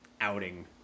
outing